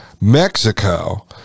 Mexico